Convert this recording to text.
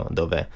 dove